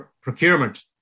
procurement